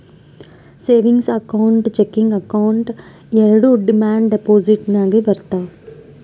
savings account, checking account ಎರೆಡು demand deposit ನಾಗೆ ಬರ್ತಾವ್